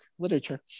Literature